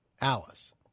Alice